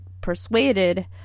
persuaded